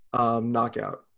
knockout